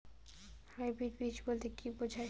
Hybrid বীজ বলতে কী বোঝায়?